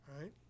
right